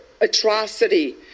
atrocity